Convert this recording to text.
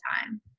time